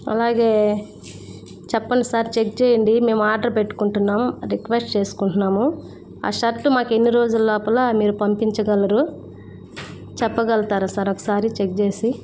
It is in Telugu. అలాగే చెప్పండి సార్ చెక్ చేయండి మేము ఆర్డర్ పెట్టుకుంటున్నాము రిక్వెస్ట్ చేసుకుంటున్నాము ఆ షర్ట్ మాకు ఎన్ని రోజుల లోపల మీరు పంపించగలరు చెప్పగలుగుతారా సార్ ఒకసారి చెక్ చేసి